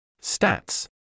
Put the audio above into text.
Stats